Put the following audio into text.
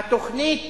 התוכנית